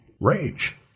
rage